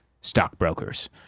stockbrokers